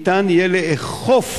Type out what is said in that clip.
ניתן יהיה לאכוף